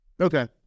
Okay